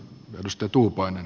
edustaja tuupainen